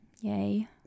Yay